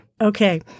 Okay